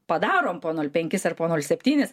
padaroe po nol penkis ar po nol septynis